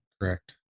Correct